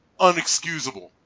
unexcusable